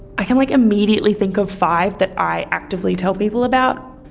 i can like immediately think of five that i actively tell people about.